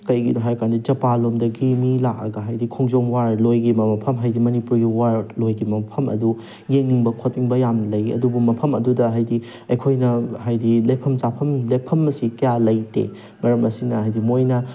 ꯀꯩꯒꯤꯅꯣ ꯍꯥꯏ ꯀꯥꯟꯗ ꯖꯥꯄꯥꯟꯂꯣꯝꯗꯒꯤ ꯃꯤ ꯂꯥꯛꯑꯒ ꯍꯥꯏꯗꯤ ꯈꯣꯡꯖꯣꯝ ꯋꯥꯔ ꯂꯣꯏꯈꯤꯕ ꯃꯐꯝ ꯍꯥꯏꯗꯤ ꯃꯅꯤꯄꯨꯔꯒꯤ ꯋꯥꯔ ꯂꯣꯏꯈꯤꯕ ꯃꯐꯝ ꯑꯗꯨ ꯌꯦꯡꯅꯤꯡꯕ ꯈꯣꯠꯅꯤꯡꯕ ꯌꯥꯝꯅ ꯂꯩ ꯑꯗꯨꯕꯨ ꯃꯐꯝ ꯑꯗꯨꯗ ꯍꯥꯏꯗꯤ ꯑꯩꯈꯣꯏꯅ ꯍꯥꯏꯗꯤ ꯂꯩꯐꯝ ꯆꯥꯐꯝ ꯂꯦꯛꯐꯝ ꯑꯁꯤ ꯀꯌꯥ ꯂꯩꯇꯦ ꯃꯔꯝ ꯑꯁꯤꯅ ꯍꯥꯏꯗꯤ ꯃꯣꯏꯅ